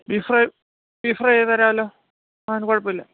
beef fry beef fry തരാമല്ലോ ആ കുഴപ്പമില്ല